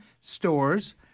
stores